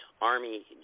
Army